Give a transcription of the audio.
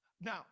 now